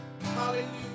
Hallelujah